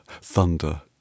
thunder